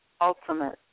ultimate